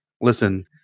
listen